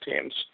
teams